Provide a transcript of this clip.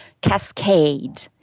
cascade